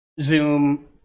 zoom